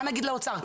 מה נגיד לאוצר,